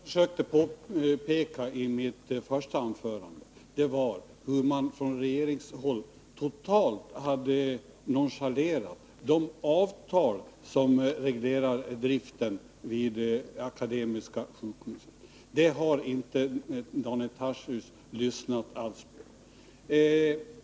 Herr talman! Vad jag försökte peka på i mitt första anförande var hur man från regeringshåll totalt hade nonchalerat de avtal som reglerar driften vid Akademiska sjukhuset. Det har inte Daniel Tarschys lyssnat på alls.